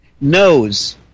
Knows